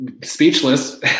Speechless